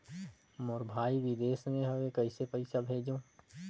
मोर भाई विदेश मे हवे कइसे पईसा भेजो?